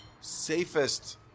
safest